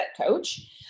coach